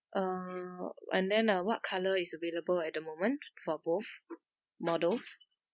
uh and then uh what colour is available at the moment for both models